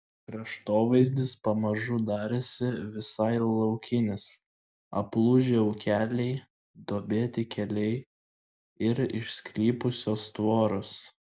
kraštovaizdis pamažu darėsi visai laukinis aplūžę ūkeliai duobėti keliai ir išklypusios tvoros